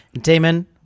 Damon